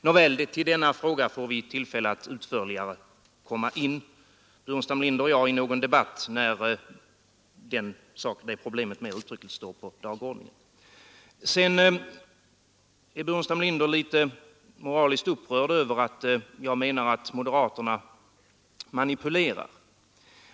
Nåväl, till denna fråga får herr Burenstam Linder och jag tillfälle att återkomma utförligare i någon debatt där de problemen mer uttryckligt står på dagordningen. Herr Burenstam Linder är litet moraliskt upprörd över att jag menar att moderaterna manipulerar.